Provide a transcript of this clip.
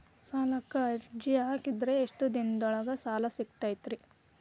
ಸಾಲಕ್ಕ ಅರ್ಜಿ ಹಾಕಿದ್ ಎಷ್ಟ ದಿನದೊಳಗ ಸಾಲ ಸಿಗತೈತ್ರಿ?